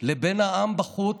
לבין העם בחוץ,